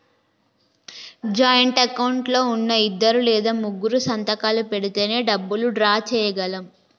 joint account లో ఉన్నా ఇద్దరు లేదా ముగ్గురూ సంతకాలు పెడితేనే డబ్బులు డ్రా చేయగలం